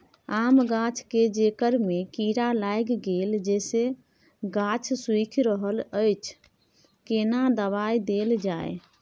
आम गाछ के जेकर में कीरा लाईग गेल जेसे गाछ सुइख रहल अएछ केना दवाई देल जाए?